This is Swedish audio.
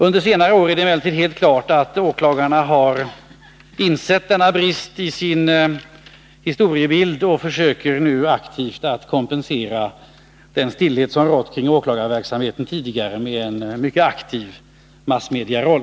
Under senare år har det emellertid stått helt klart att åklagarna har insett denna brist i sin historiebild, och de försöker nu aktivt att kompensera den stelhet som tidigare rått kring åklagarverksamheten med en mycket aktiv massmedieroll.